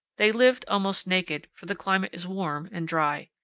they lived almost naked, for the climate is warm and dry.